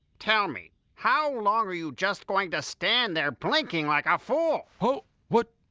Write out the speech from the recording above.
tell me. how long you just going to stand there blinking like a fool? what.